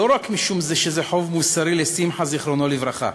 לא רק משום שזה חוב מוסרי לשמחה, זיכרונו לברכה,